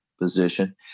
position